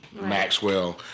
Maxwell